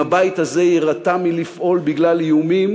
ואם הבית הזה יירתע מלפעול בגלל איומים